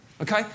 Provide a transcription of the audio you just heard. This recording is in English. Okay